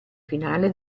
finale